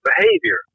behavior